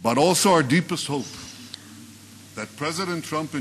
but also our deepest hope that President Trump and